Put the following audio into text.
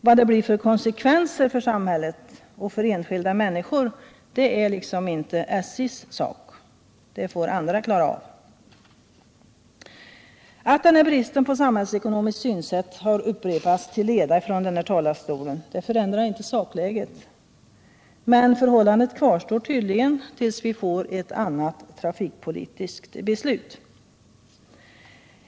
Vad det blir för konsekvenser för samhället och för enskilda människor, det är liksom inte SJ:s sak — det får andra klara av. Att det från denna talarstol till leda har pekats på den här bristen på samhällsekonomiskt synsätt förändrar inte sakläget. Men förhållandet kvarstår tydligen tills vi får ett annat trafikpolitiskt beslut.